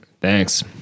Thanks